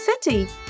City